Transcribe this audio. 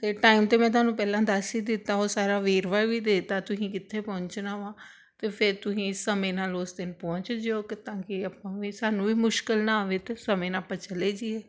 ਅਤੇ ਟਾਈਮ ਤਾਂ ਮੈਂ ਤੁਹਾਨੂੰ ਪਹਿਲਾਂ ਦੱਸ ਹੀ ਦਿੱਤਾ ਉਹ ਸਾਰਾ ਵੇਰਵਾ ਵੀ ਦੇ ਤਾ ਤੁਸੀਂ ਕਿੱਥੇ ਪਹੁੰਚਣਾ ਵਾ ਅਤੇ ਫਿਰ ਤੁਸੀਂ ਸਮੇਂ ਨਾਲ ਉਸ ਦਿਨ ਪਹੁੰਚ ਜਿਓ ਕਿ ਤਾਂ ਕਿ ਆਪਾਂ ਵੀ ਸਾਨੂੰ ਵੀ ਮੁਸ਼ਕਲ ਨਾ ਆਵੇ ਅਤੇ ਸਮੇਂ ਨਾਲ ਆਪਾਂ ਚਲੇ ਜੀਏ